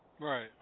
Right